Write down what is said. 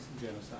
genocide